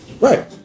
Right